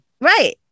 Right